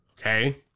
Okay